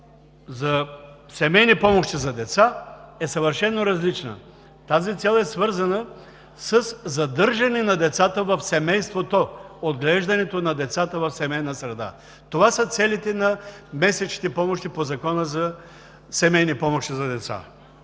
за семейни помощи за деца е съвършено различна. Тази цел е свързана със задържане на децата в семейството, отглеждането на децата в семейна среда. Това са целите на месечните помощи по Закона за семейни помощи за деца.